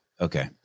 Okay